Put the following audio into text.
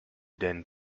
than